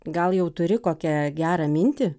gal jau turi kokią gerą mintį